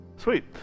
Sweet